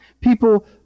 people